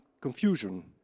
confusion